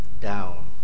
down